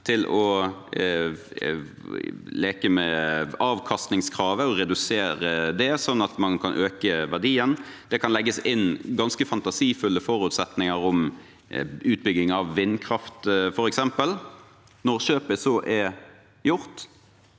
til å leke med avkastningskravet og redusere det, slik at man kan øke verdien. Det kan legges inn ganske fantasifulle forutsetninger om utbygging av vindkraft, f.eks. Når kjøpet så er gjort,